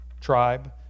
tribe